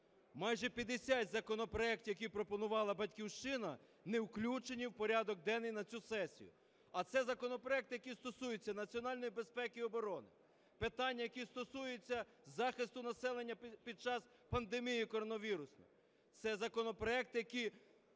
майже 50 законопроектів, які пропонувала "Батьківщина", не включені в порядок денний на цю сесію. А це законопроекти, які стосуються національної безпеки й оборони, питання, які стосуються захисту населення під час пандемії коронавірусу, це законопроекти, які